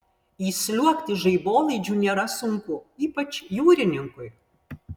įsliuogti žaibolaidžiu nėra sunku ypač jūrininkui